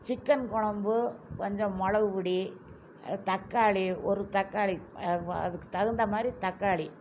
chicken குழம்பு கொஞ்சம் மிளகு பொடி தக்காளி ஒரு தக்காளி அதுக்கு தகுந்தமாதிரி தக்காளி